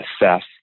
assess